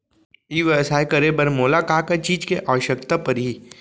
ई व्यवसाय करे बर मोला का का चीज के आवश्यकता परही?